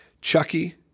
Chucky